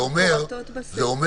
זו לא